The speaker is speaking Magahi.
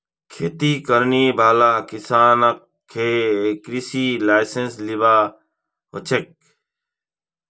खेती करने वाला किसानक कृषि लाइसेंस लिबा हछेक